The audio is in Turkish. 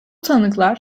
tanıklar